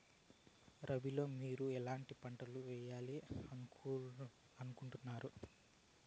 రబిలో మీరు ఎట్లాంటి పంటలు వేయాలి అనుకుంటున్నారు?